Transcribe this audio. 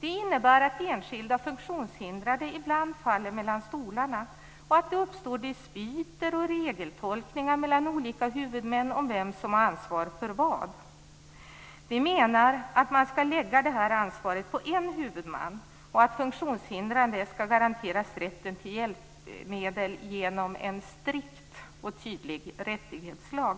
Det innebär att enskilda funktionshindrade ibland faller mellan stolarna och att det uppstår dispyter och regeltolkningar mellan olika huvudmän om vem som har ansvar för vad. Vi menar att man skall lägga det här ansvaret på en huvudman och att funktionshindrade skall garanteras rätten till hjälpmedel genom en strikt och tydlig rättighetslag.